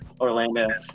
Orlando